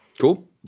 Cool